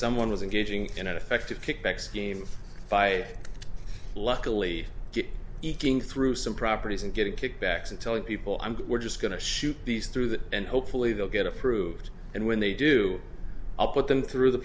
someone was engaging in a defective kickback scheme by luckily eking through some properties and getting kickbacks and telling people i'm good we're just going to shoot these through that and hopefully they'll get approved and when they do i'll put them through the